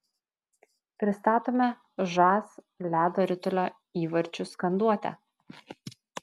pristatome žas ledo ritulio įvarčių skanduotę